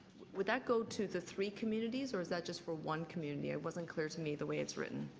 would that go to the three communities or is that just for one community? it wasn't clear to me the way it's written.